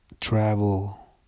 travel